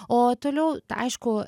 o toliau tai aišku